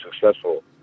successful